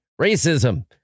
racism